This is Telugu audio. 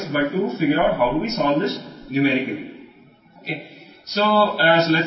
కాబట్టి వాటికి వేరే మార్గం లేదు కానీ మనం దానిని సంఖ్యాపరంగా ఎలా పరిష్కరిస్తామో తెలుసుకుందాం